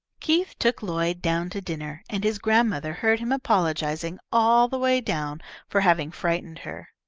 keith took lloyd down to dinner, and his grandmother heard him apologising all the way down for having frightened her.